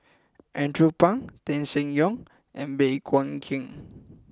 Andrew Phang Tan Seng Yong and Baey Yam Keng